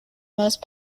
most